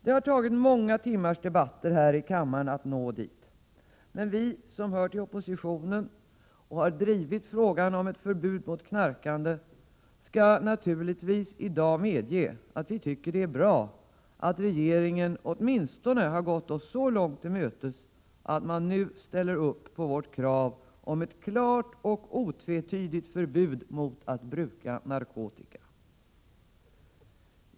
Det har tagit många timmars debatter här i kammaren att nå dit, men vi i oppositionen som har drivit frågan om ett förbud mot knarkande skall naturligtvis i dag medge att vi tycker att det är bra att regeringen åtminstone har gått oss så långt till mötes att den nu ställer sig bakom vårt krav om ett klart och otvetydigt förbud mot att bruka narkotika.